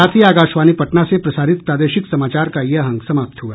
इसके साथ ही आकाशवाणी पटना से प्रसारित प्रादेशिक समाचार का ये अंक समाप्त हुआ